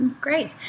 Great